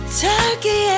turkey